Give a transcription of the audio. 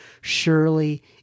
surely